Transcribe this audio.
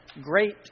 great